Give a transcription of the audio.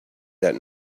that